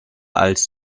als